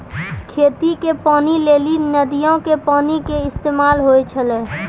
खेती के पानी लेली नदीयो के पानी के इस्तेमाल होय छलै